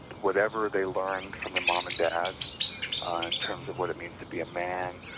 whatever they learned from their mom and dads ah in terms of what it means to be a man,